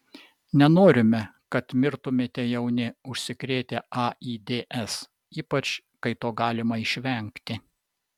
nenorime kad mirtumėte jauni užsikrėtę aids ypač kai to galima išvengti